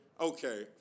Okay